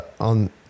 on